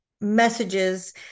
messages